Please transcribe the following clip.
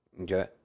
Okay